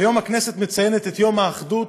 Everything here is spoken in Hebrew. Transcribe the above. היום הכנסת מציינת את יום האחדות.